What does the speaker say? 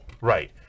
Right